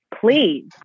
please